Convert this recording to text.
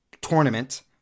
tournament